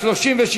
36,